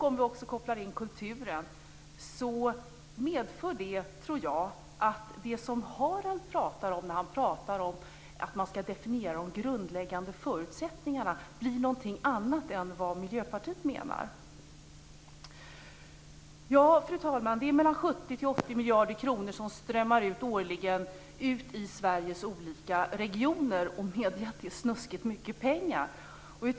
Om vi kopplar in kulturen medför det att det som Harald Bergström pratade om, att definiera de grundläggande förutsättningarna, blir något annat än vad Miljöpartiet menar. 70-80 miljarder kronor strömmar årligen ut i Sveriges olika regioner. Medge att det är snuskigt mycket pengar.